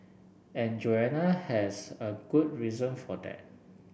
and Joanna has a good reason for that